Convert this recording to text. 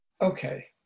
okay